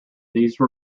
these